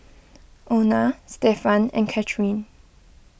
Ona Stefan and Cathryn